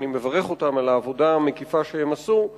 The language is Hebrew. ואני מברך אותם על העבודה המקיפה שהם עשו,